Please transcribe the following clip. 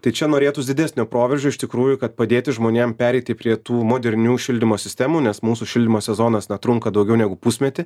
tai čia norėtųs didesnio proveržio iš tikrųjų kad padėti žmonėm pereiti prie tų modernių šildymo sistemų nes mūsų šildymo sezonas na trunka daugiau negu pusmetį